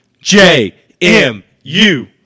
J-M-U